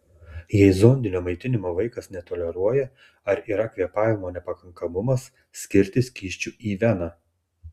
jei zondinio maitinimo vaikas netoleruoja ar yra kvėpavimo nepakankamumas skirti skysčių į veną